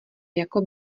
jako